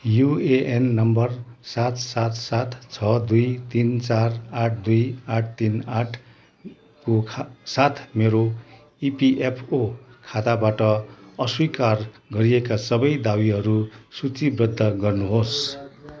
UAN number सात सात सात छ दुई तिन चार आठ दुई आठ तिन आठको साथ मेरो इपिएफओ खाताबाट अस्वीकार गरिएका सबै दावीहरू सूचीबद्ध गर्नुहोस्